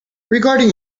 regarding